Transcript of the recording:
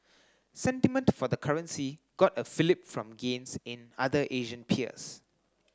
sentiment for the currency got a fillip from gains in other Asian peers